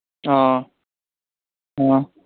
ꯑꯣ ꯑ